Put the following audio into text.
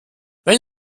wenn